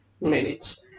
minutes